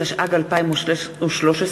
התשע"ג 2013,